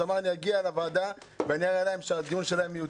אז הוא אמר שהוא יגיע לוועדה ויראה לנו שהדיון שלנו מיותר,